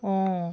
অঁ